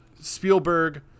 Spielberg